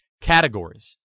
categories